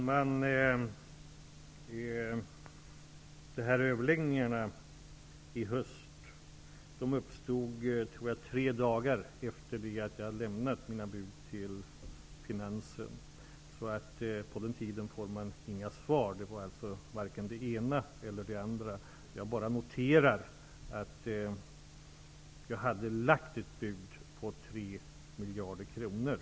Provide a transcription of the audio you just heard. Herr talman! Överläggningarna i höstas började tre dagar efter det att jag hade lämnat mina bud till finansen. På den tiden får man inga svar. Det var alltså varken den ena eller det andra. Jag bara noterar att jag hade lagt ett bud på 3 miljarder kronor.